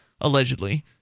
allegedly